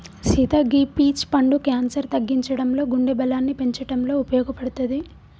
సీత గీ పీచ్ పండు క్యాన్సర్ తగ్గించడంలో గుండె బలాన్ని పెంచటంలో ఉపయోపడుతది